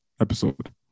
episode